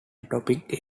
topic